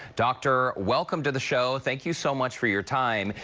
doctor, welcome to the show. thank you so much for your time.